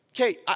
okay